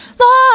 Lord